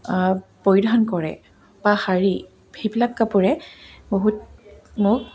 পৰিধান কৰে বা শাৰী সেইবিলাক কাপোৰে বহুত মোক